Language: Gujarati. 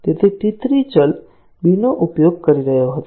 તેથી T 3 ચલ b નો ઉપયોગ કરી રહ્યો હતો